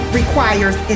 requires